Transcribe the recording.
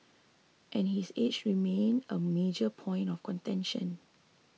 and his age remain a major point of contention